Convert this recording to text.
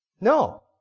No